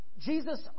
Jesus